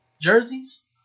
jerseys